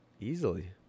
easily